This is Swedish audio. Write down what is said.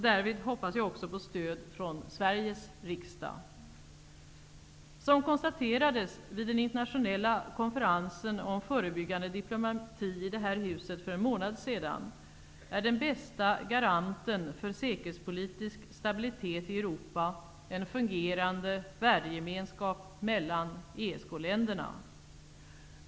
Därvid hoppas jag också på stöd från Som konstaterades vid den internationella konferensen om förebyggande diplomati i det här huset för en månad sedan är den bästa garanten för säkerhetspolitisk stabilitet i Europa en fungerande värdegemenskap mellan ESK-länderna.